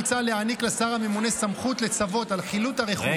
מוצע להעניק לשר הממונה סמכות לצוות על חילוט הרכוש,